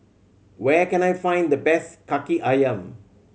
where can I find the best Kaki Ayam